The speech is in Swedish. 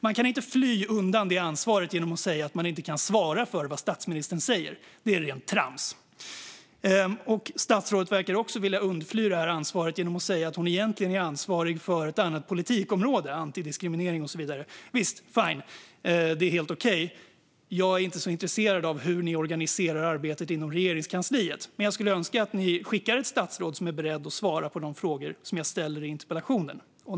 Man kan inte fly undan det ansvaret genom att säga att man inte kan svara för vad statsministern säger. Det är rent trams. Statsrådet verkar också vilja undfly det här ansvaret genom att säga att hon egentligen är ansvarig för ett annat politikområde, antidiskriminering och så vidare. Visst, fine, det är helt okej. Jag är inte så intresserad av hur ni organiserar arbetet inom Regeringskansliet, men jag skulle önska att man hade skickat ett statsråd som är beredd att svara på de frågor som jag ställer i interpellationen.